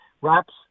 Wraps